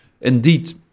indeed